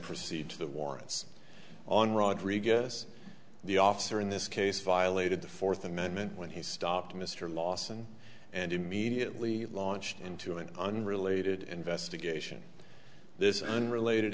proceed to the warrants on rodriguez the officer in this case violated the fourth amendment when he stopped mr lawson and immediately launched into an unrelated investigation this unrelated